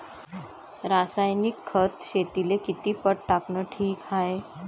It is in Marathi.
रासायनिक खत शेतीले किती पट टाकनं ठीक हाये?